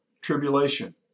tribulation